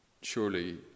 surely